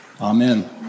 Amen